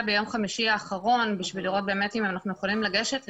ביום חמישי האחרון בשביל לראות באמת אם אנחנו יכולים לגשת לשם.